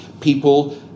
People